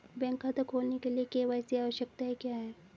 Bank खाता खोलने के लिए के.वाई.सी आवश्यकताएं क्या हैं?